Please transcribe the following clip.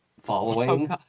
following